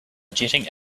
jetting